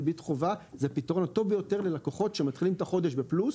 ריבית חובה זה הפתרון הטוב ביותר ללקוחות שמתחילים את החודש בפלוס.